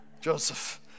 Joseph